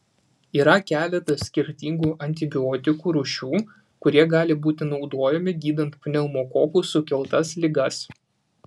yra keletas skirtingų antibiotikų rūšių kurie gali būti naudojami gydant pneumokokų sukeltas ligas